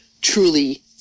truly